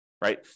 right